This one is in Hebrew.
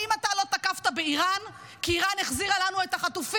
האם אתה לא תקפת באיראן כי איראן החזירה לנו את החטופים?